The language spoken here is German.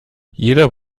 jeder